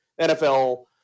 NFL